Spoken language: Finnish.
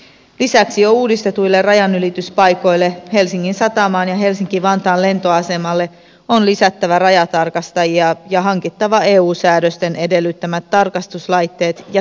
lisäksi jo uudistetuille rajanylityspaikoille helsingin satamaan ja helsinki vantaan lentoasemalle on lisättävä rajatarkastajia ja hankittava eu säädösten edellyttämät tarkastuslaitteet ja tietoliikenneinfrastruktuuri